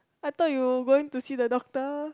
I thought you going to see the doctor